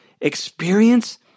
Experience